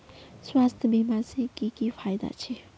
स्वास्थ्य बीमा से की की फायदा छे?